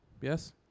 Yes